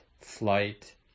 flight